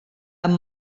amb